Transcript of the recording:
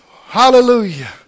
Hallelujah